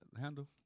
handle